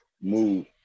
move